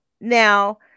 Now